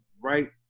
right